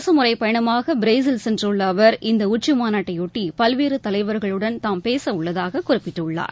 அரசமுறைப்பயணமாக பிரேசில் சென்றுள்ள அவர் இந்த உச்சிமாநாட்டையொட்டி பல்வேறு தலைவர்களுடன் தாம் பேசவுள்ளதாக குறிப்பிட்டுள்ளார்